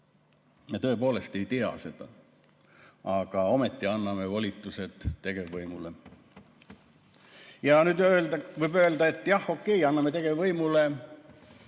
Me tõepoolest ei tea seda. Aga ometi anname volitused tegevvõimule. Võib öelda, et jah, okei, anname volitused